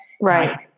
Right